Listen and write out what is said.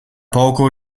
poco